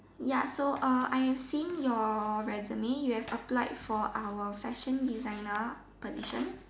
ya so I have seen your resume you have applied for our fashion designer position